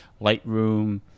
lightroom